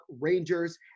Rangers